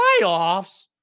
playoffs